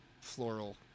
floral